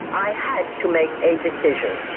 i had to make a decision